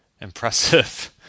impressive